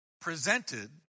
presented